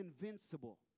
invincible